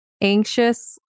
anxious